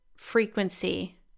frequency